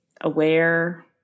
Aware